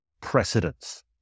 precedence